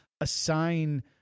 assign